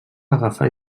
agafà